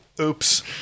Oops